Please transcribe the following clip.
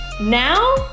now